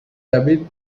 david